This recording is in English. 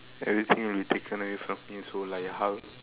everything will be taken away from me so like how